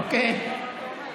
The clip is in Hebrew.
אוקיי?